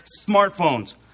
smartphones